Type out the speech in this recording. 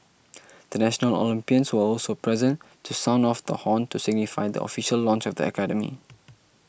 the national Olympians were also present to sound off the horn to signify the official launch of the academy